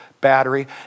battery